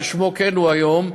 כשמו כן הוא היום,